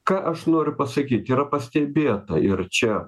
ką aš noriu pasakyt yra pastebėta ir čia